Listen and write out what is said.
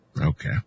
Okay